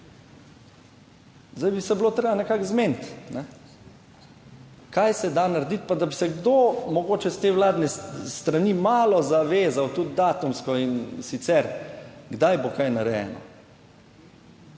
Zdaj bi se bilo treba nekako zmeniti, kaj se da narediti, pa da bi se kdo mogoče s te vladne strani malo zavezal, tudi datumsko, in sicer, kdaj bo kaj narejeno.